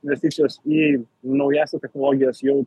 investicijos į naująsias technologijas jau